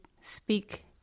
speak